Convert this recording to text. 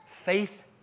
Faith